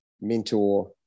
mentor